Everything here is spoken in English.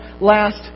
last